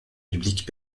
bibliques